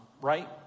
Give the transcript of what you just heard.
Right